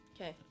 Okay